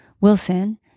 Wilson